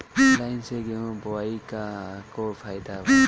Line से गेहूं बोआई के का फायदा बा?